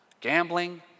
gambling